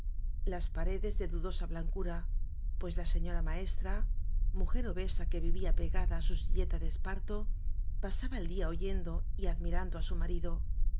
las paredes de dudosa blancura pues la señora maestra mujer obesa que vivía pegada á su silleta de esparto pasaba el día oyendo y admirando á su marido